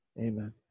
Amen